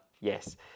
Yes